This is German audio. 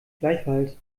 gleichfalls